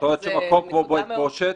את אומרת שמקום כמו בית בושת,